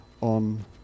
on